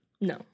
No